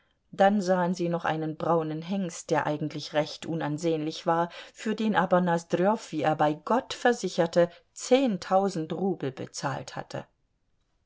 dann sahen sie noch einen braunen hengst der eigentlich recht unansehnlich war für den aber nosdrjow wie er bei gott versicherte zehntausend rubel bezahlt hatte